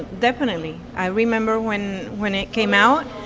definitely. i remember when when it came out,